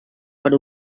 per